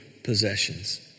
Possessions